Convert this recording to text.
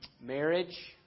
Marriage